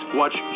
watch